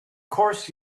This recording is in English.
course